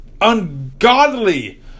ungodly